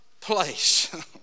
place